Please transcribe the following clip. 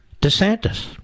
DeSantis